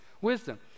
wisdom